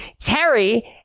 Terry